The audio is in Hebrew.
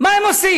מה הם עושים?